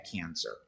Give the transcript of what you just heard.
cancer